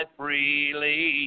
freely